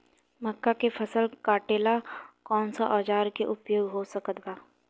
मक्का के फसल कटेला कौन सा औजार के उपयोग हो सकत बा?